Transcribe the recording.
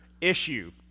issue